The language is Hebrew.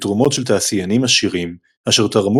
בתרומות של תעשיינים עשירים אשר תרמו